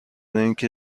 اینکه